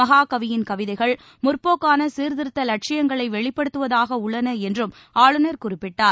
மகாகவியின் கவிதைகள் முற்போக்கானசீர்திருத்தலட்சியங்களைவெளிப்படுத்துவதாகஉள்ளனஎன்றும் ஆளுநர் குறிப்பிட்டார்